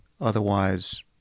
otherwise